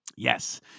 Yes